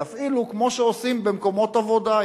יפעילו כמו שעושים במקומות עבודה,